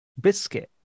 biscuit